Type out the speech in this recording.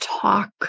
talk